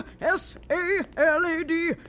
S-A-L-A-D